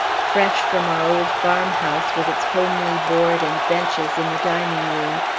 fresh from our old farmhouse, with its homely board and benches in the dining-room,